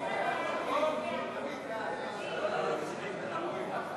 חוק הרשות השנייה לטלוויזיה ורדיו